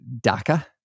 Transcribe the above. daca